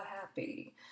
happy